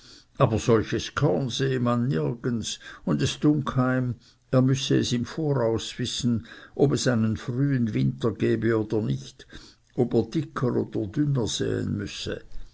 aber solches korn sehe man nirgends und es dunk eim er müsse es vorauswissen ob es einen frühen winter gebe oder nicht ob er dicker oder dünner säen müsse